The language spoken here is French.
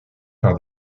par